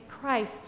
Christ